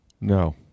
No